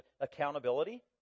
accountability